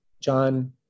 John